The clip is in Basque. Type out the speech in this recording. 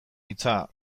hitza